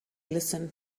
listened